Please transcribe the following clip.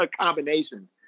combinations